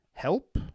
Help